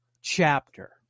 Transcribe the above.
chapter